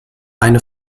eine